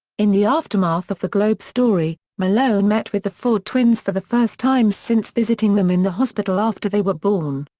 in the aftermath of the globe story, malone met with the ford twins for the first time since visiting them in the hospital after they were born.